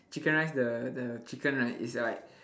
chicken rice the the chicken right is like